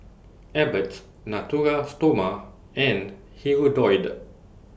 Abbott Natura Stoma and Hirudoid